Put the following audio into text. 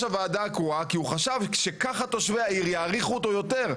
הוועדה הקרואה כי הוא חשב שככה תושבי העיר יעריכו אותו יותר.